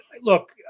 look